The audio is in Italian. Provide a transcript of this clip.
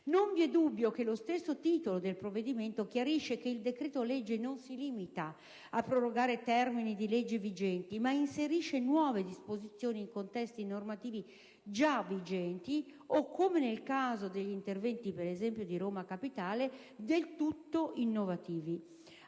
Non vi è dubbio che lo stesso titolo del provvedimento chiarisce che il decreto legge non si limita a prorogare termini di leggi vigenti ma inserisce nuove disposizioni in contesti normativi già vigenti o, come nel caso degli interventi di Roma Capitale, del tutto innovativi.